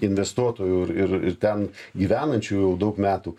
investuotojų ir ir ir ten gyvenančių jau daug metų